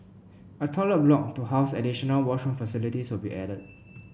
a toilet block to house additional washroom facilities will be added